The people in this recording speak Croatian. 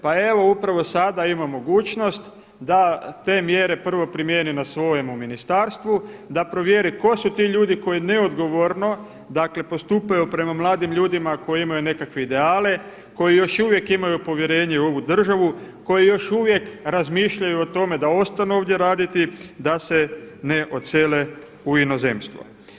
Pa evo upravo sada ima mogućnost da te mjere prvo primijeni na svojemu ministarstvu, da provjeri tko su ti ljudi koji neodgovorno, dakle postupaju prema mladim ljudima koji imaju nekakve ideale, koji još uvijek imaju povjerenje u ovu državu, koji još uvijek razmišljaju o tome da ostanu ovdje raditi da se ne odsele u inozemstvo.